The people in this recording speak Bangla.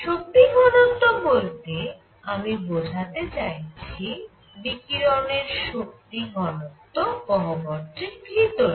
শক্তি ঘনত্ব বলতে আমি বোঝাতে চাইছি বিকিরণের শক্তি ঘনত্ব গহ্বরটির ভিতরে